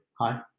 Hi